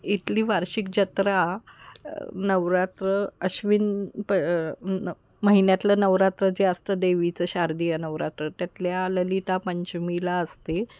इथली वार्षिक जत्रा नवरात्र अश्विन प न महिन्यातलं नवरात्र जे असतं देवीचं शारदीय नवरात्र त्यातल्या ललिता पंचमीला असते